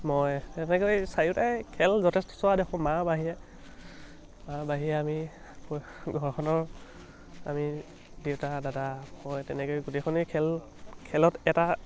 মই তেনেকৈ চাৰিওটাই খেল যথেষ্ট চোৱা দেখোঁ মা বাহিৰে মা বাহিৰে আমি ঘৰখনৰ আমি দেউতা দাদা মই তেনেকৈ গোটেইখনেই খেল খেলত এটা